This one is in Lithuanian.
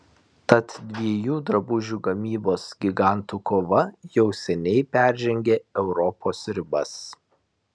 tad dviejų drabužių gamybos gigantų kova jau seniai peržengė europos ribas